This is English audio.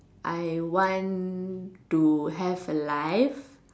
I want to have a life